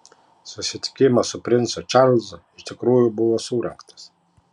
susitikimas su princu čarlzu iš tikrųjų buvo surengtas